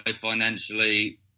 financially